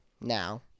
now